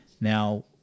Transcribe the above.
Now